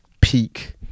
peak